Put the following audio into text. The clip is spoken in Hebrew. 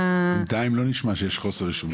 בינתיים לא נשמע שיש חוסר רישום.